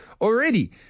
already